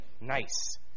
nice